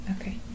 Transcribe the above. Okay